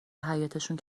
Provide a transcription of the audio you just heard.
حیاطشون